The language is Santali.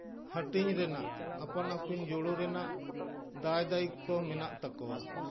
ᱦᱟᱹᱴᱤᱧ ᱨᱮᱱᱟᱜ ᱟᱯᱟᱱ ᱟᱹᱯᱤᱱ ᱡᱩᱲᱩ ᱨᱮᱱᱟᱜ ᱫᱟᱭ ᱫᱟᱭᱤᱛᱛᱚ ᱢᱮᱱᱟᱜ ᱛᱟᱠᱚᱣᱟ